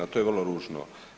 To je vrlo ružno.